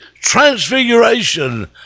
transfiguration